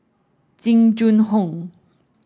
Jing Jun Hong